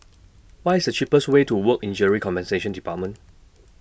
What IS The cheapest Way to Work Injury Compensation department